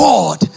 God